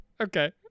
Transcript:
Okay